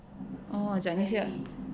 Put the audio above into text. oh 讲一下